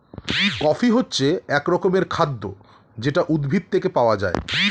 coffee হচ্ছে এক রকমের খাদ্য যেটা উদ্ভিদ থেকে পাওয়া যায়